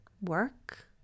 work